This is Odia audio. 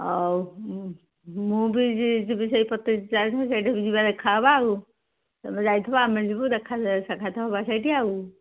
ହଉ ମୁଁ ବି ଯ ଯିବି ସେଇ ପ୍ରତିଷ୍ଠା ଠେଇକି ସେଇଠି ବି ଯିବା ଦେଖା ହବା ଆଉ ତୁମେ ଯାଇଥିବ ଆମେ ଯିବୁ ଦେଖା ସାକ୍ଷାତ ହବା ସେଇଠି ଆଉ